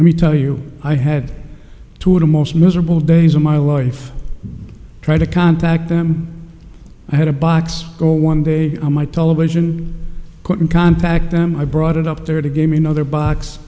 let me tell you i had two of the most miserable days of my life trying to contact them i had a box go one day on my television couldn't contact them i brought it up there to gave me another box